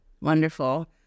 Wonderful